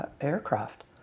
aircraft